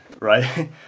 right